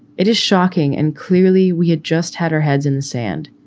it is shocking. and clearly we had just had our heads in the sand.